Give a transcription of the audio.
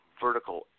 vertical